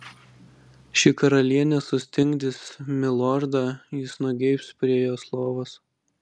ši karalienė sustingdys milordą jis nugeibs prie jos lovos